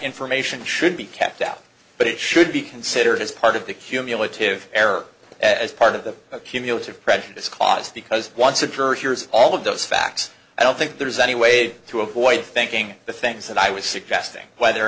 information should be kept out but it should be considered as part of the cumulative error as part of the cumulative prejudice caused because once and for years all of those facts i don't think there's any way to avoid thinking the things that i was suggesting whether or